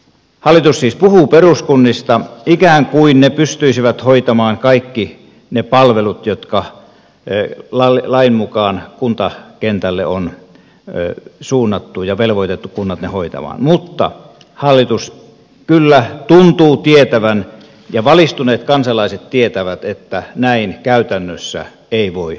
hallitus siis puhuu peruskunnista ikään kuin ne pystyisivät hoitamaan kaikki ne palvelut jotka lain mukaan kuntakentälle on suunnattu ja jotka kunnat on velvoitettu hoitamaan mutta hallitus kyllä tuntuu tietävän ja valistuneet kansalaiset tietävät että näin käytännössä ei voi tapahtua